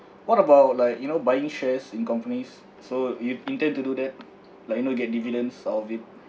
what about like you know buying shares in companies so you intend to do that like you know get dividends of it